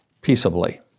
peaceably